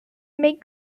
make